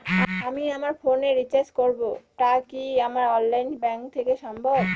আমি আমার ফোন এ রিচার্জ করব টা কি আমার অনলাইন ব্যাংক থেকেই সম্ভব?